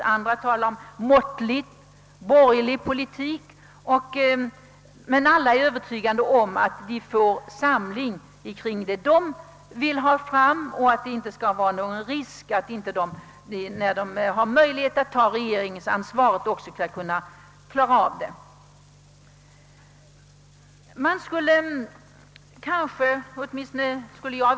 Men alla är övertygade om att de skall kunna åstadkomma en samling kring just det de vill ha fram och att det inte skall finnas någon risk för att de när de har möjlighet att överta ansvaret, inte skall kunna klara av det.